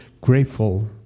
grateful